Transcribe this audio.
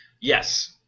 Yes